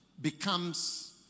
becomes